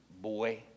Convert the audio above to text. boy